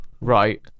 Right